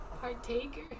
Partaker